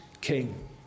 king